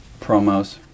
promos